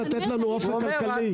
הוא צריך לתת לנו אופק כלכלי.